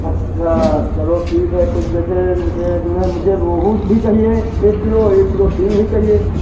अच्छा चलो ठीक है तो कि जैसे ये जो है मुझे रोहू भी चाहिए एक किलो एक किलो सींग भी चाहिए